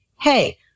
hey